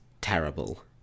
terrible